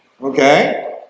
Okay